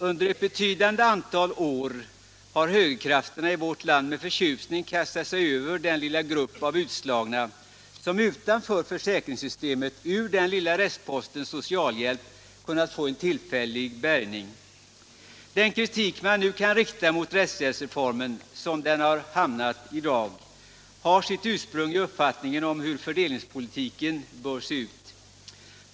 Under ett betydande antal år har högerkrafterna i vårt land med förtjusning kastat sig över den lilla grupp av utslagna som utanför försäkringssystemet ur den lilla restposten socialhjälp kunnat få en tillfällig bärgning. Den kritik man kan rikta mot rättshjälpsreformen, som den fungerar i dag, har sitt ursprung i uppfattningen om hur fördelningspolitiken bör se ut.